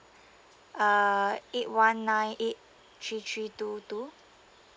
uh eight one nine eight three three two two